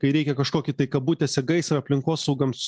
kai reikia kažkokį tai kabutėse gaisrą aplinkosaugams